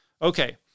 Okay